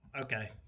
okay